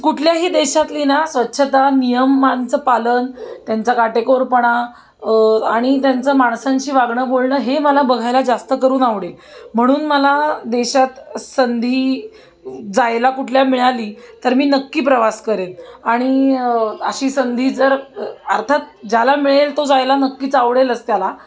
कुठल्याही देशातली ना स्वच्छता नियमांचं पालन त्यांचा काटेकोरपणा आणि त्यांचं माणसांशी वागणं बोलणं हे मला बघायला जास्त करून आवडेल म्हणून मला देशात संधी जायला कुठल्या मिळाली तर मी नक्की प्रवास करेन आणि अशी संधी जर अर्थात ज्याला मिळेल तो जायला नक्कीच आवडेलच त्याला